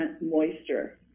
moisture